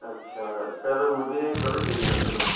اچھا سر مجھے ایک بکٹ چاہیے کم سے کم